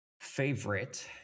favorite